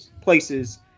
places